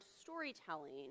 storytelling